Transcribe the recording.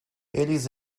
eles